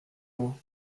loin